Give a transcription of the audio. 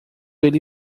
ele